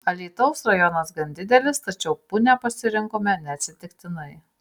alytaus rajonas gan didelis tačiau punią pasirinkome neatsitiktinai